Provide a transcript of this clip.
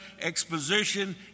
exposition